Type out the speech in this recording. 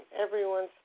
everyone's